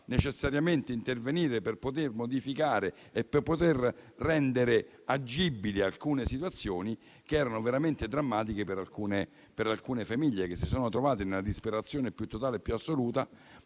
necessariamente intervenire per poter modificare e rendere agibili alcune situazioni che erano veramente drammatiche per alcune famiglie che si sono trovate nella disperazione più totale e più assoluta.